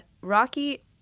Rocky